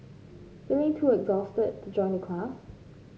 feeling too exhausted to join the class